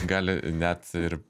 gali net ir